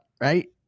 right